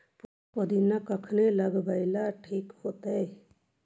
पुदिना कखिनी लगावेला ठिक होतइ?